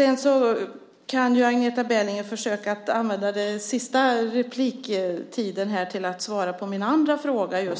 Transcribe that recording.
Agneta Berliner kan ju försöka använda den sista repliktiden till att svara på min andra fråga.